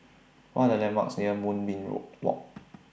What Are The landmarks near Moonbeam Road Walk